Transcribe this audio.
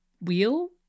wheel